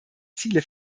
ziele